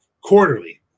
quarterly